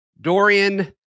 Dorian